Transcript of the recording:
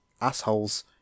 assholes